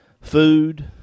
food